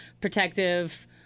protective